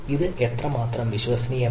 ഇത് എത്രമാത്രം വിശ്വസനീയമാണ്